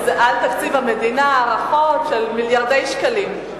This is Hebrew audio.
על תקציב המדינה הערכות של מיליארדי שקלים.